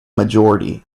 majority